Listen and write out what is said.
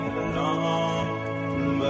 alone